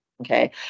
okay